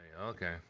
Okay